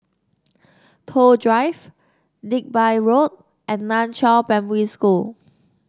Toh Drive Digby Road and Nan Chiau Primary School